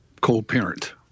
co-parent